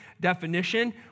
definition